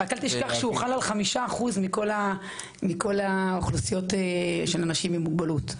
רק אל תשכח שהוא חל על 5% מכל אוכלוסיות אנשים עם מוגבלות.